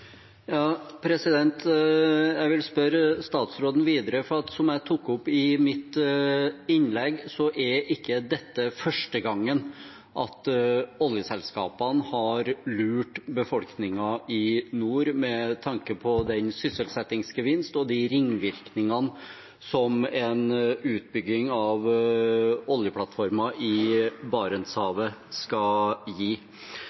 Jeg vil spørre statsråden videre, for som jeg tok opp i mitt innlegg, er ikke dette første gangen oljeselskapene har lurt befolkningen i nord med tanke på den sysselsettingsgevinsten og de ringvirkningene en utbygging av oljeplattformer i Barentshavet skal gi.